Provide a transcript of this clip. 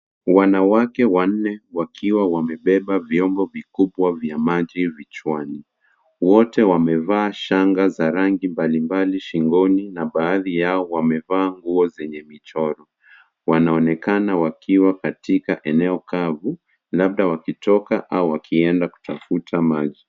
Wanawake wanne wakiwa wamebeba vyombo vikubwa vya maji vichwani. Wote wamevaa shanga za rangi mbalimbali shingoni na baadhi yao wamevaa nguo zenye michoro. Wanaonekana wakiwa katika eneo kavu, labda wakitoka au wakienda kutafuta maji.